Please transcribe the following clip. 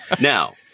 Now